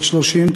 בת 30,